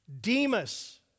Demas